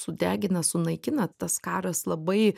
sudegina sunaikina tas karas labai